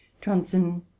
Johnson